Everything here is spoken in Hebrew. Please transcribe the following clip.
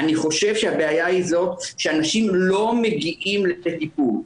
אני חושב שהבעיה היא זאת שאנשים לא מגיעים לטיפול.